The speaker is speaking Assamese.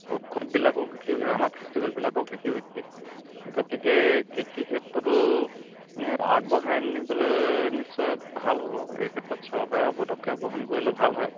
উৎসৱবিলাকো কৃষি আমাৰ ফেষ্টিভেলবিলাকো কৃষিভিত্তিক গতিকে কৃষি ক্ষেত্ৰতো আগবঢ়াই নিবলৈ নিশ্চয় ভাল হ'ব এই ক্ষেত্ৰত চৰকাৰেও পদক্ষেপ গ্ৰহণ কৰিলে ভাল হয়